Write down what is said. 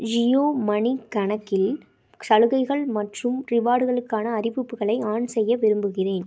Jio money கணக்கில் சலுகைகள் மற்றும் ரிவார்டுகளுக்கான அறிவிப்புகளை ஆன் செய்ய விரும்புகிறேன்